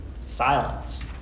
silence